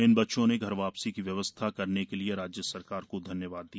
इन बच्चों ने घर वा सी की व्यवस्था करने के लिए राज्य सरकार को धन्यवाद दिया